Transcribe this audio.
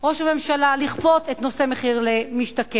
ראש הממשלה לכפות את נושא מחיר למשתכן.